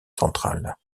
centrale